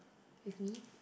with me